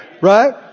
Right